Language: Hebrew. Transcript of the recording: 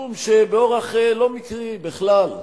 משום שבאורח לא מקרי בכלל,